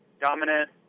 dominant